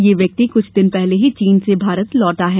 यह व्यक्ति कुछ दिन पहले ही चीन से भारत लौटा है